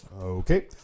Okay